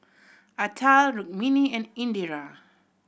Atal Rukmini and Indira